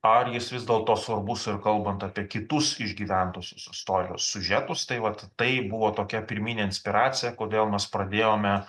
ar jis vis dėlto svarbus ir kalbant apie kitus išgyventuosius istorijos siužetus tai vat tai buvo tokia pirminė inspiracija kodėl mes pradėjome